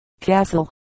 Castle